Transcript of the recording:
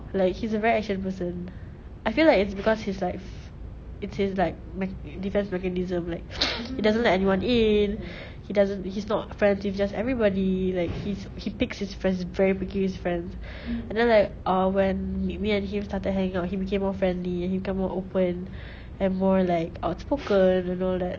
like he's a very action person I feel like it's because it's like it's like defence mechanism like it doesn't let anyone in he doesn't he's not friends with just everybody like h~ he picks his friends very picky with his friends and then like uh when me and him started hanging out he became more friendly he become more open and more like outspoken and all that